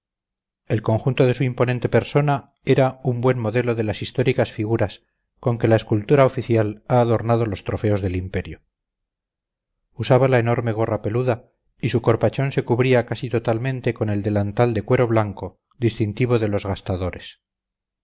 el conjunto de su imponente persona era un buen modelo de las históricas figuras con que la escultura oficial ha adornado los trofeos del imperio usaba la enorme gorra peluda y su corpachón se cubría casi totalmente con el delantal de cuero blanco distintivo de los gastadores